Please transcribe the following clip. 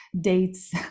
dates